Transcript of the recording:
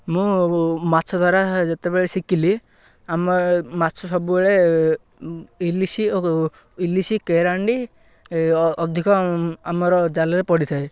ମୁଁ ମାଛ ଧରା ଯେତେବେଳେ ଶିଖିଲି ଆମ ମାଛ ସବୁବେଳେ ଇଲିଶି ଓ ଇଲିଶି କେରାଣ୍ଡି ଅଧିକ ଆମର ଜାଲରେ ପଡ଼ିଥାଏ